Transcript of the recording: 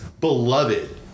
beloved